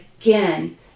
again